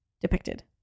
depicted